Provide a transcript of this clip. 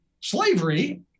slavery